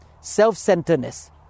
Self-centeredness